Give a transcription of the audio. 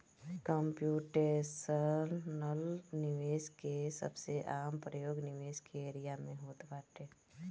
computational निवेश के सबसे आम प्रयोग निवेश के एरिया में होत बाटे